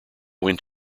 went